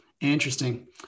Interesting